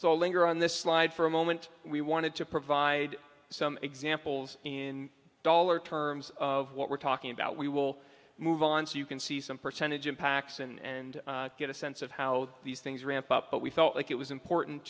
so linger on this slide for a moment we wanted to provide some examples in dollar terms of what we're talking about we will move on so you can see some percentage impacts and and get a sense of how these things ramp up but we felt like it was important